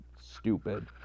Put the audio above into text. stupid